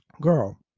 Girl